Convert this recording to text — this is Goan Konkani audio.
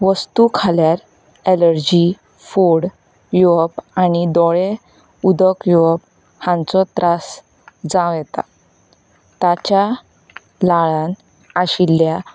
वस्तू खाल्यार एलर्जी फोड येवप आनी दोळे उदक येवप हांचो त्रास जावं येता ताच्या लाळांत आशिल्ल्या